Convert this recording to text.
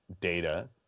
data